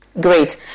Great